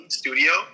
studio